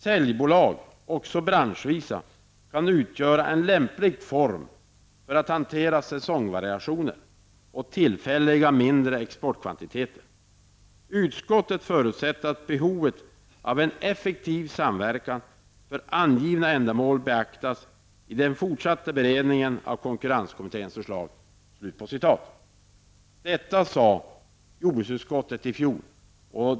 Säljbolag, också branschvisa, kan utgöra en lämplig form för att hantera säsongvariationer och tillfälliga mindre exportkvantiteter. Utskottet förutsätter att behovet av en effektiv samverkan för angivna ändamål beaktas i den fortsatta beredningen av konkurrenskommitténs förslag.''